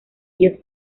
ellos